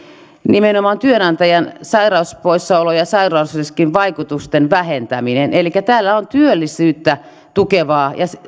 nimenomaan työnantajan sairauspoissaolo ja sairausriskin vaikutusten vähentämisestä elikkä tällä on työllisyyttä tukevaa ja